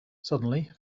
suddenly